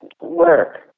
work